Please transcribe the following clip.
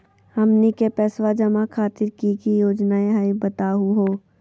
हमनी के पैसवा जमा खातीर की की योजना हई बतहु हो?